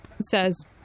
says